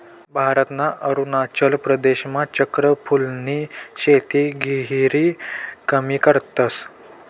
भारतना अरुणाचल प्रदेशमा चक्र फूलनी शेती गहिरी कमी करतस